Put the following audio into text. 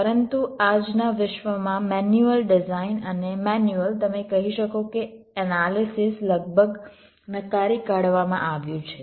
પરંતુ આજના વિશ્વમાં મેન્યુઅલ ડિઝાઇન અને મેન્યુઅલ તમે કહી શકો કે એનાલિસિસ લગભગ નકારી કાઢવામાં આવ્યું છે